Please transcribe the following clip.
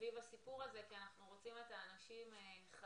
סביב הסיפור הזה, כי אנחנו רוצים את האנשים חיים